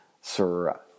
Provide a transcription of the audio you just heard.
Sir